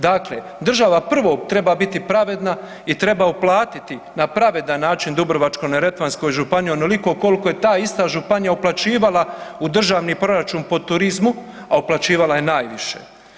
Dakle, država prvo treba biti pravedna i treba uplatiti na pravedan način Dubrovačko-neretvanskoj županiji onoliko koliko je ta ista županija uplaćivala u državni proračun po turizmu a uplaćivala je najviše.